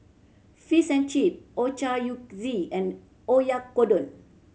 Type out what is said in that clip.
Fish and Chip Ochazuke and Oyakodon